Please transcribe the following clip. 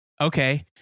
okay